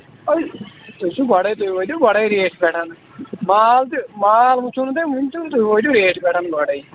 تُہۍ تُہۍ چھِو گۄڈٕے تُہۍ ؤنِو گۄڈٕے ریٹ پٮ۪ٹھ مال تہِ مال وُچھُو نہٕ تۄہہِ وُنہِ تہٕ تُہۍ وٲتوٕ ریٹہِ پٮ۪ٹھ گۄڈٕے